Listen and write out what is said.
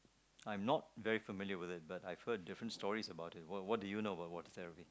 I'm not very familiar with it but I heard different stories about it what what what do you know about what do you know about the therapy